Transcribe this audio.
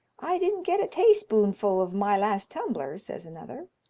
i didn't get a tayspoonful of my last tumbler, says another.